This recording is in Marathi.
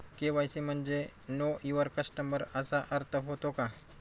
के.वाय.सी म्हणजे नो यूवर कस्टमर असा अर्थ होतो का?